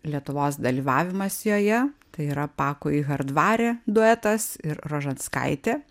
lietuvos dalyvavimas joje tai yra pakui hardvare duetas ir rožanskaitė